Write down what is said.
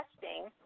testing